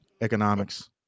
Economics